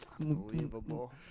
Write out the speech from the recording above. Unbelievable